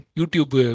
YouTube